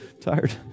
tired